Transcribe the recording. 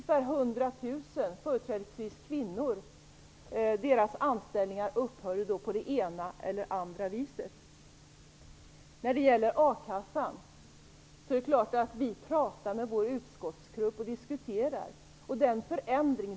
Ungefär 100 000 personers, företrädesvis kvinnors, anställningar upphörde då på det ena eller andra viset. Det är självklart att vi pratar med vår utskottsgrupp och diskuterar bl.a. a-kassan.